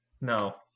No